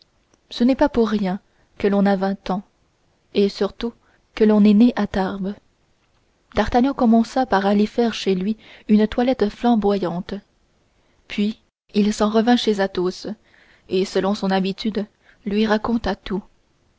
ce n'est pas pour rien que l'on a vingt ans et surtout que l'on est né à tarbes d'artagnan commença par aller faire chez lui une toilette flamboyante puis il s'en revint chez athos et selon son habitude lui raconta tout